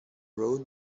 road